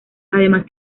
además